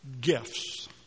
gifts